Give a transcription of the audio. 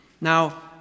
Now